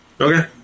Okay